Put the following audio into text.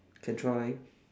can try